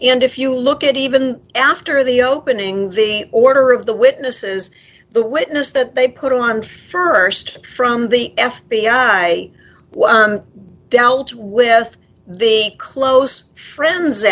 and if you look at even after the opening the order of the witnesses the witness that they put on st from the f b i was dealt with the close friends